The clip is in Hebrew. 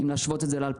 אם להשוות את זה ל-2019,